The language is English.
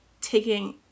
taking